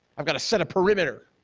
i've got to set a perimeter,